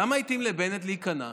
למה התאים לבנט להיכנע?